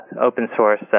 open-source